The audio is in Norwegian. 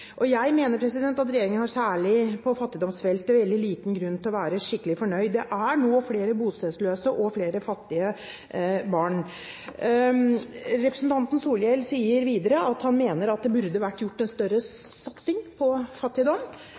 slik. Jeg mener at regjeringen særlig på fattigdomsfeltet har veldig liten grunn til å være skikkelig fornøyd. Det er nå flere bostedsløse og flere fattige barn. Representanten Solhjell sier videre at han mener at det burde vært gjort en større satsing mot fattigdom.